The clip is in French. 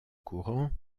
courant